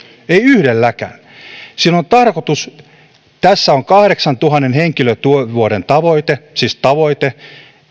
ei yhdelläkään tässä on kahdeksantuhannen henkilötyövuoden tavoite siis tavoite